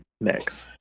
next